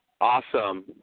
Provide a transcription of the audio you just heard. Awesome